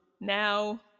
Now